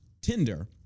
Tinder